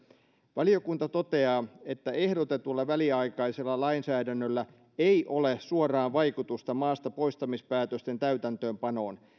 valiokunta toteaa että ehdotetulla väliaikaisella lainsäädännöllä ei ole suoraan vaikutusta maastapoistamispäätösten täytäntöönpanoon